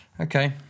Okay